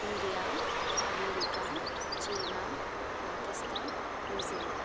India America China Pakistan New Zealand